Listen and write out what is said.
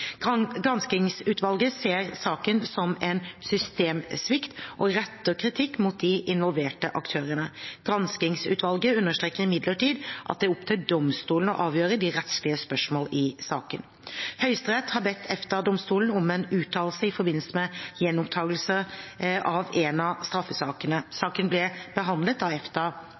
Granskingsutvalget ser saken som en systemsvikt, og retter kritikk mot de involverte aktørene. Granskingsutvalget understreker imidlertid at det er opp til domstolen å avgjøre de rettslige spørsmål i saken. Høyesterett har bedt EFTA-domstolen om en uttalelse i forbindelse med gjenopptakelse av en av straffesakene. Saken ble behandlet av